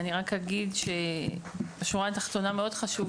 אני רק אגיד שבשורה התחתונה חשוב מאוד